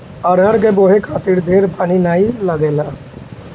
अरहर के बोए खातिर ढेर पानी नाइ लागेला